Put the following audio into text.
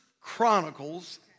Chronicles